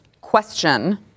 question